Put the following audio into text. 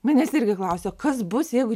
manęs irgi klausia kas bus jeigu